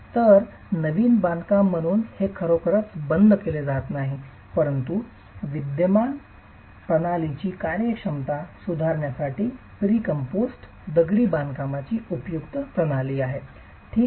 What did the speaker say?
तर नवीन बांधकाम म्हणून हे खरोखरच बंद केले जात नाही परंतु विद्यमान प्रणालीची कार्यक्षमता सुधारण्यासाठी प्रिकॉमपोस्ट दगडी बांधकामाची उपयुक्त प्रणाली आहे ठीक आहे